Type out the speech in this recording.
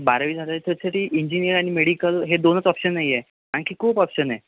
बारावी झालं आहे त्याचसाठी इंजिनीयर आणि मेडिकल हे दोनच ऑप्शन नाही आहे आणखी खूप ऑप्शन आहे